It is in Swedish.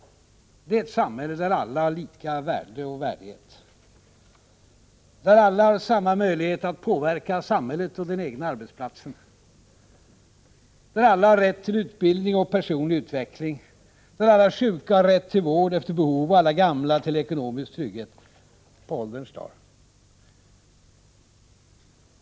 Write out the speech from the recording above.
Det är ett samhälle där alla har lika värde och värdighet, där alla har samma möjligheter att påverka samhället och den egna arbetsplatsen, där alla har rätt till utbildning och personlig utveckling, där alla sjuka har rätt till vård efter behov och alla gamla har rätt till ekonomisk trygghet på ålderns dagar.